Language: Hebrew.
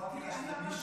אמרתי לך שזה מישרקי.